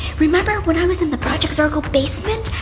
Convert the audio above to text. remember, when i was in the project zorgo basement?